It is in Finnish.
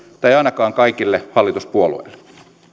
tai eivät ainakaan kaikille hallituspuolueille